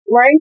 right